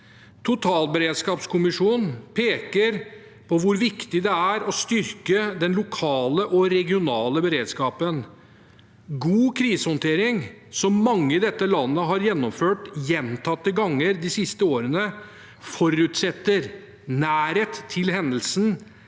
Totalberedskapskommisjonen peker på hvor viktig det er å styrke den lokale og regionale beredskapen. God krisehåndtering, som mange i dette landet har gjennomført gjentatte ganger de siste årene, forutsetter nærhet til hendelsen,